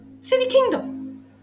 city-kingdom